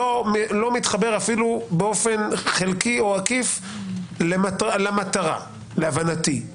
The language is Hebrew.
לא מתחבר אפילו באופן חלקי או עקיף למטרה, להבנתי.